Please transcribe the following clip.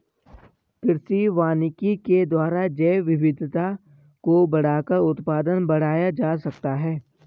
कृषि वानिकी के द्वारा जैवविविधता को बढ़ाकर उत्पादन बढ़ाया जा सकता है